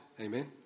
Amen